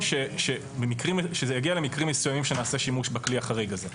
שזה יגיע למקרים מסוימים שנעשה שימוש בכלי החריג הזה.